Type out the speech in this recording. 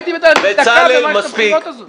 לא הייתי בתל אביב דקה במערכת הבחירות הזו.